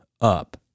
up